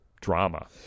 drama